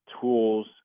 tools